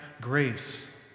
grace